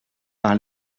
par